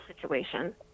situation